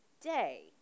day